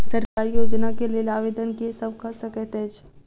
सरकारी योजना केँ लेल आवेदन केँ सब कऽ सकैत अछि?